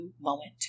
moment